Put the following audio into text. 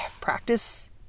practice